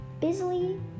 busily